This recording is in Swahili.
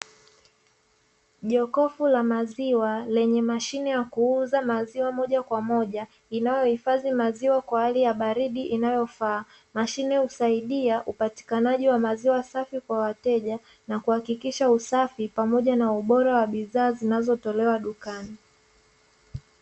Jokofu la maziwa lenye mashine ya kuuza maziwa moja kwa moja linalohifadhi maziwa kwa hali ya baridi inayofaa, mashine husaidia upatikanaji wa maziwa safi kwa wateja na kuhakikisha usafi pamoja na ubora wa bidhaa zinazotolewa dukani.